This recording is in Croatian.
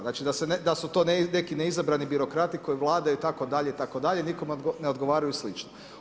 Znači, da su to neki neizabrani birokrati koji vladaju itd., itd., nikome ne odgovaraju i slično.